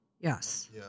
Yes